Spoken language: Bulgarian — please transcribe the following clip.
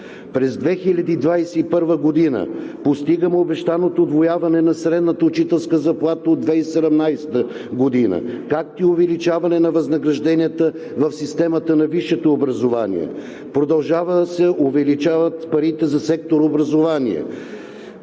През 2021 г. постигаме обещаното удвояване на средната учителска заплата от 2017 г., както и увеличаване на възнагражденията в системата на висшето образование, продължават да се увеличават парите за сектор „Образование“,